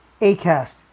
Acast